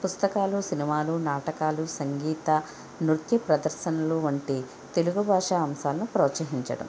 పుస్తకాలు సినిమాలు నాటకాలు సంగీత నృత్య ప్రదర్శనలు వంటి తెలుగు భాష అంశాలను ప్రోత్సహించటం